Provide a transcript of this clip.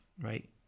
right